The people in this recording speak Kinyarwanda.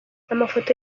amafoto